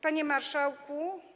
Panie Marszałku!